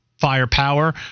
firepower